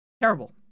Terrible